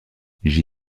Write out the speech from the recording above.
j’y